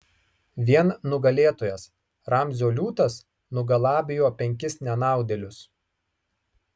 vien nugalėtojas ramzio liūtas nugalabijo penkis nenaudėlius